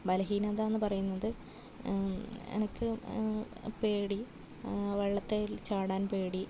ബലഹീനത എന്ന് പറയുന്നത് എനിക്ക് പേടി വെള്ളത്തിൽ ചാടാൻ പേടി